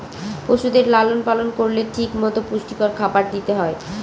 পশুদের লালন পালন করলে ঠিক মতো পুষ্টিকর খাবার দিতে হয়